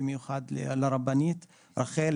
במיוחד לרבנית רחל,